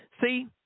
See